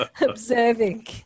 observing